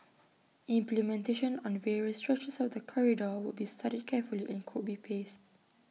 implementation on the various stretches of the corridor will be studied carefully and could be paced